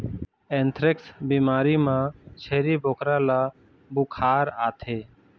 anthrax बिमारी म छेरी बोकरा ल बुखार आथे